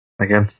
again